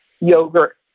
yogurt